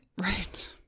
right